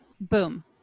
boom